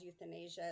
euthanasia